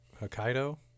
Hokkaido